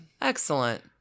Excellent